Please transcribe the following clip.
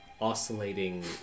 oscillating